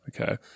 Okay